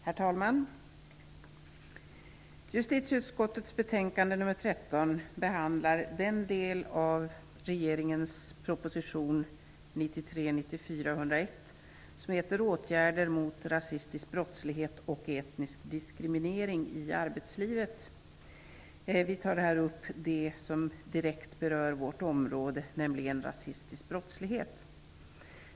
Herr talman! Justitieutskottets betänkande nr 13 behandlar den del av regeringens proposition Vi tar upp det som direkt berör vårt område, nämligen rasistisk brottslighet.